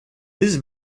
this